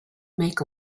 make